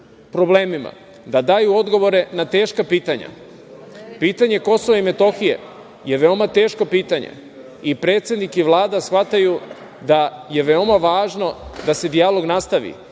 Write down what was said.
problemima, da daju odgovore na teška pitanja. Pitanje Kosova i Metohije je veoma teško pitanje i predsednik i Vlada shvataju da je veoma važno da se dijalog nastavi